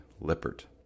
Lippert